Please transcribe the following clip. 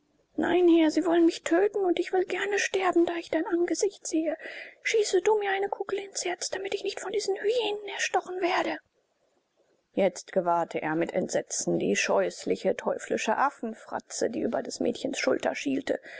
nein herr sie wollen mich töten und ich will gerne sterben da ich dein angesicht sehe schieße du mir eine kugel ins herz damit ich nicht von diesen hyänen erstochen werde jetzt gewahrte er mit entsetzen die scheußliche teuflische affenfratze die über des mädchens schulter schielte